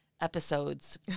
episodes